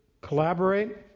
collaborate